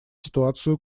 ситуацию